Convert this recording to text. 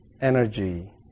energy